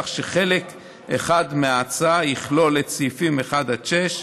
כך שחלק אחד מההצעה יכלול את סעיפים 1 6,